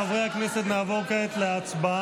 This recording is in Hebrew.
חברי הכנסת, נעבור כעת להצבעה.